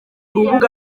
rubuga